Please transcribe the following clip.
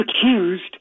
accused